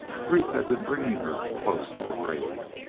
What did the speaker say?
grief had been bringing her close to the grave.